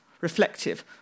reflective